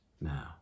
now